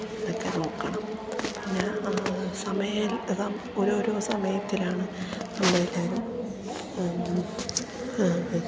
എന്നൊക്കെ നോക്കണം പിന്നെ സമയം സ ഓരോരോ സമയത്തിലാണ് നമ്മളെല്ലാവരും